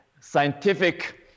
scientific